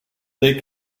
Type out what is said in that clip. they